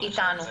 איתנו.